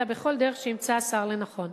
אלא בכל דרך שימצא השר לנכון.